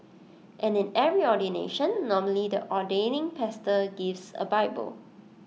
and in every ordination normally the ordaining pastor gives A bible